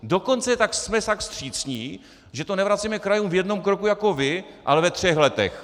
Dokonce jsme tak vstřícní, že to nevracíme krajům v jednom kroku jako vy, ale ve třech letech.